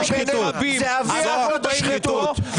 זו השחיתות.